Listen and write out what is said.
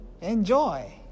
enjoy